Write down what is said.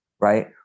right